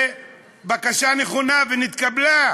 בקשה נכונה, ונתקבלה,